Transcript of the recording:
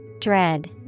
Dread